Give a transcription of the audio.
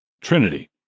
Trinity